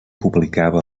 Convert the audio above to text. publicava